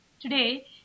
today